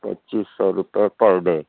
پچیس سو روپے پر ڈے